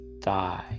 die